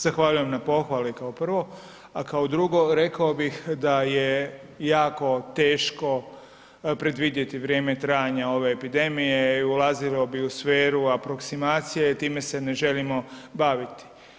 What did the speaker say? Zahvaljujem na pohvali kao prvo, a kao drugo rekao bih da je jako teško predvidjeti vrijeme trajanja ove epidemije i ulazilo bi u sferu aproksimacije i time se ne želimo baviti.